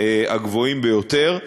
הגבוהים ביותר.